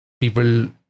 people